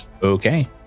Okay